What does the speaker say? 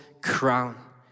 crown